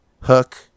hook